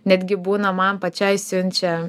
netgi būna man pačiai siunčia